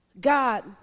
God